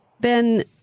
Ben